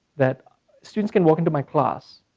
that students can walk into my class,